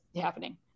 happening